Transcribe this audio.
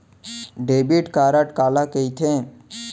Debit card काला कहिथे?